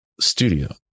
studio